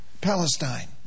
Palestine